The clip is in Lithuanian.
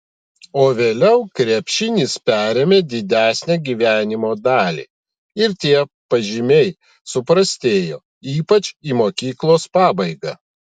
o vėliau krepšinis perėmė didesnę gyvenimo dalį ir tie pažymiai suprastėjo ypač į mokyklos pabaigą